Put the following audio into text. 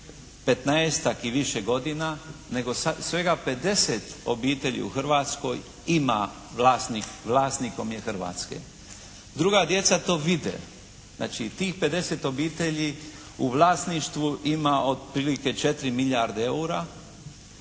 15-tak i više godina nego svega 50 obitelji u Hrvatskoj ima, vlasnikom je Hrvatske. Druga djeca to vide. Znači tih 50 obitelji u vlasništvu ima otprilike 4 milijarde EUR-a.